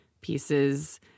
pieces